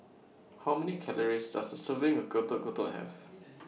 How Many Calories Does A Serving of Getuk Getuk Have